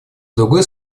другой